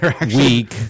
week